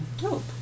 dope